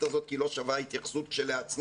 הזאת כי היא לא שווה התייחסות כשלעצמה.